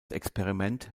experiment